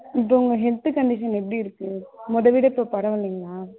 இப்போது உங்கள் health condition எப்படி இருக்குது மொதலை விட இப்போ பரவாயில்லைங்களா